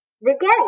regardless